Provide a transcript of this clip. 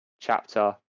chapter